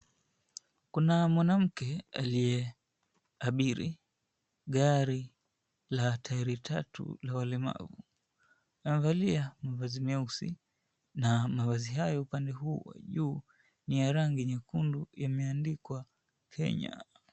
Kuna mwanamke aliyeabiri gari la tairi tatu la walemavu. Amevalia mavazi meusi na mavazi hayo upande huo wa juu ni ya rangi nyekundu yameandikwa Kenya.